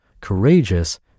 courageous